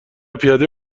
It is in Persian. پیاده